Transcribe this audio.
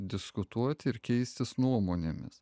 diskutuoti ir keistis nuomonėmis